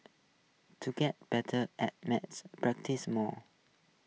to get better at maths practise more